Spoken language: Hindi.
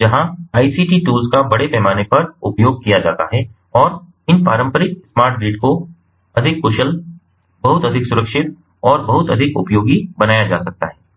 जहां आईसीटी टूल्स का बड़े पैमाने पर उपयोग किया जाता है और इन पारंपरिक स्मार्ट ग्रिड को अधिक कुशल बहुत अधिक सुरक्षित और बहुत अधिक उपयोगी बनाया जा सकता है